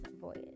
voyage